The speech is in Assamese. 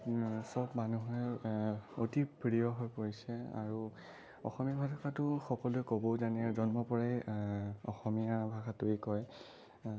চব মানুহৰ অতি প্ৰিয় হৈ পৰিছে আৰু অসমীয়া ভাষাটো সকলোৱে ক'বও জানে আৰু জন্মৰ পৰাই অসমীয়া ভাষাটোৱেই কয়